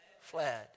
fled